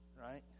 right